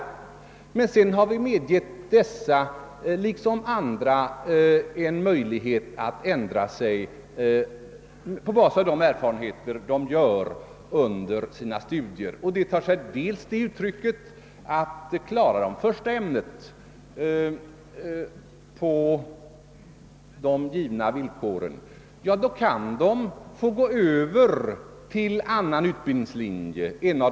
Härutöver har vi emellertid givit dessa studerande en möjlighet att ändra sig på basis av de erfarenheter de gör under sina studier. Den består för det första i att de, om de klarar det första ämnet på de givna villkoren, utan vidare kan få gå över till en av de 17 utbildningslinjerna.